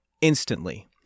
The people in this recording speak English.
instantly